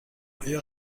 آیا